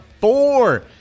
four